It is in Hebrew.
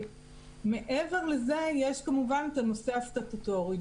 מעבר לזה יש כמובן הנושא הסטטוטורי.